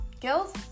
girls